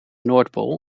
noordpool